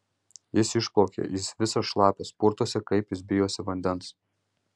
jis išplaukė jis visas šlapias purtosi kaip jis bijosi vandens